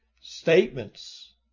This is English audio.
statements